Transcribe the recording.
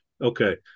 Okay